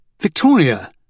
Victoria